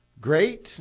great